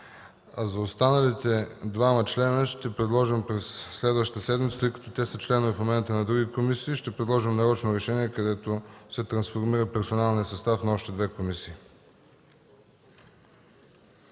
а останалите двама членове ще предложим през следващата седмица, тъй като в момента те са членове на други комисии. Ще предложим нарочно решение, с което се трансформира персоналния състав на още две комисии.